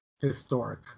Historic